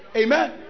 Amen